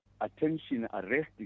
attention-arresting